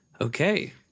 okay